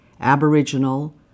Aboriginal